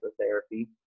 therapy